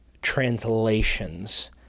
translations